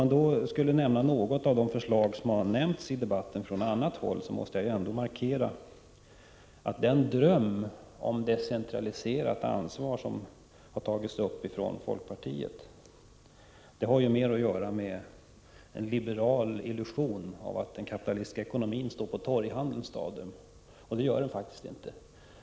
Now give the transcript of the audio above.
När det gäller de förslag som har nämnts i debatten från annat håll vill jag säga att den dröm om decentraliserat ansvar som har tagits upp från folkpartiets sida har mer att göra med en liberal illusion om att den kapitalistiska ekonomin idkar torghandel i staden. Det gör den faktiskt inte.